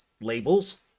Labels